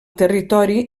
territori